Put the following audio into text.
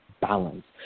balance